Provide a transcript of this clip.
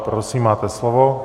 Prosím, máte slovo.